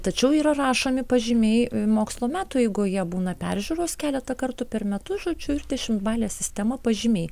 tačiau yra rašomi pažymiai mokslo metų eigoje būna peržiūros keletą kartų per metus žodžiu ir dešimtbalė sistema pažymiai